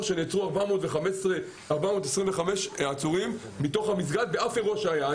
שנעצרו 425 עצורים מתוך המסגד באף אירוע שהיה.